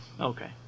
okay